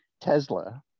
Tesla